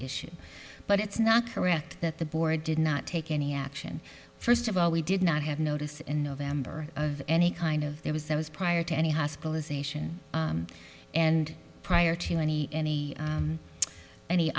issue but it's not correct that the board did not take any action first of all we did not have notice in november of any kind of there was there was prior to any hospitalization and prior to any any